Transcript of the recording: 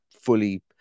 fully